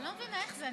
אני לא מבינה איך זה,